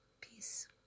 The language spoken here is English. Peace